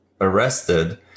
arrested